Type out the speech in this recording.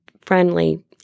friendly